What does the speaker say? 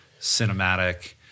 cinematic